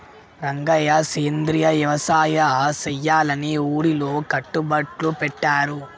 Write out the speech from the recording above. రంగయ్య సెంద్రియ యవసాయ సెయ్యాలని ఊరిలో కట్టుబట్లు పెట్టారు